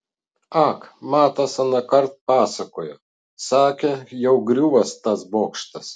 ak matas anąkart pasakojo sakė jau griūvąs tas bokštas